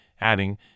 adding